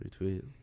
retweet